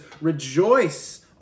rejoice